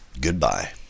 goodbye